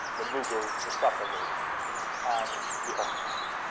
the mughals, the safavids and the ottomans.